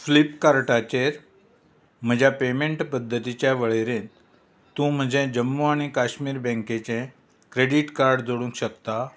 फ्लिपकार्टाचेर म्हज्या पेमेंट पद्दतींच्या वळेरेंत तूं म्हजें जम्मू आनी काश्मीर बँकेचें क्रॅडीट कार्ड जोडूंक शकता